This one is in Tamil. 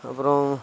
அப்புறம்